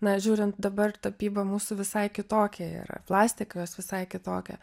na žiūrint dabar tapyba mūsų visai kitokia yra plastika jos visai kitokia